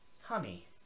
Honey